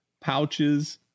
pouches